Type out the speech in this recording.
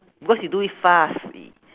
because you do it fast